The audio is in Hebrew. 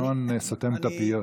השעון סותם את הפיות.